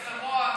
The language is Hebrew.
מסמוע,